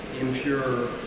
impure